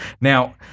Now